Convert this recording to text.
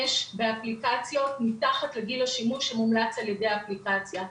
באפליקציות מתחת לגיל השימוש המומלץ על ידי האפליקציה.